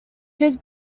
his